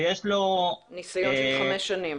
ויש לו --- ניסיון של חמש שנים